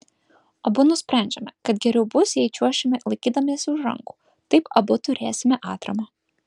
abu nusprendžiame kad geriau bus jei čiuošime laikydamiesi už rankų taip abu turėsime atramą